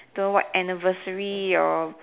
don't know what anniversary or